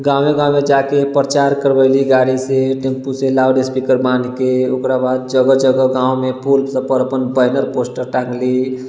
गाँवे गाँवे जाके प्रचार करबेली गाड़ीसँ टेम्पूसँ लाउडस्पीकर बाँधके ओकरा बाद जगह जगह गाँवमे पोल सबपर अपन बैनर पोस्टर टाङ्गली